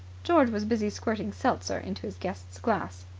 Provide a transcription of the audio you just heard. george was busy squirting seltzer into his guest's glass.